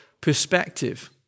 perspective